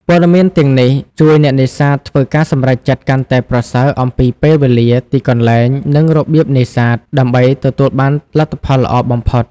ព័ត៌មានទាំងនេះជួយអ្នកនេសាទធ្វើការសម្រេចចិត្តកាន់តែប្រសើរអំពីពេលវេលា ទីកន្លែង និងរបៀបនេសាទ ដើម្បីទទួលបានលទ្ធផលល្អបំផុត។